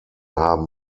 haben